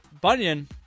Bunyan